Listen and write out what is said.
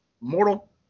Mortal